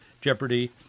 Jeopardy